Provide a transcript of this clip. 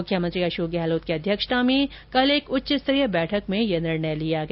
मुख्यमंत्री अशोक गहलोत की अध्यक्षता में कल रात उच्च स्तरीय बैठक में यह निर्णय लिया गया